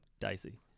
dicey